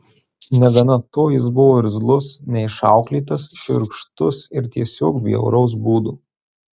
negana to jis buvo irzlus neišauklėtas šiurkštus ir tiesiog bjauraus būdo